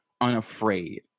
unafraid